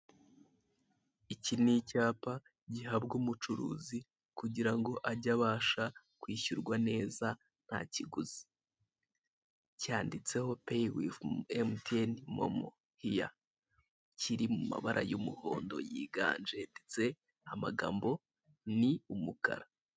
Iki n'icyapa gihabwa umucuruzi kugirango arye abasha kwishyurwa neza ntakiguzi, cyanditseho payi wifi emutiyeni momo hiya, kiri mumabara y'umuhonda yiganje ndetse amagambo ni umukara.